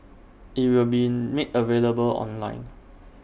IT will be made available online